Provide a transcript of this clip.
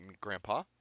Grandpa